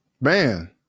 Man